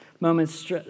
moments